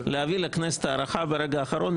להביא לכנסת הארכה ברגע האחרון,